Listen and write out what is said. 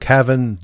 Cavan